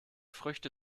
früchte